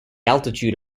altitude